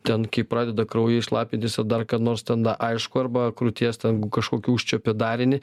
ten kai pradeda kraujais šlapintis ar dar ką nors ten aišku arba krūties ten kažkokį užčiuopia darinį